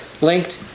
linked